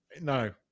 No